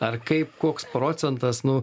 ar kaip koks procentas nu